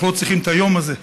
אנחנו לא צריכים את היום הזה,